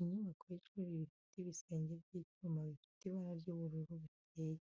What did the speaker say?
Inyubako y’ishuri rifite ibisenge by’icyuma bifite ibara ry’ubururu bukeye.